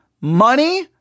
Money